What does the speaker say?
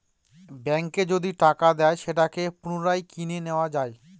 ব্যাঙ্কে যদি টাকা দেয় সেটাকে পুনরায় কিনে নেত্তয়া যায়